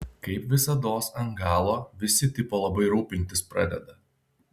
kaip visados ant galo visi tipo labai rūpintis pradeda